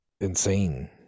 insane